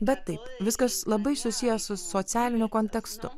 bet taip viskas labai susiję su socialiniu kontekstu